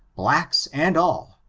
blacks and all,